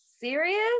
serious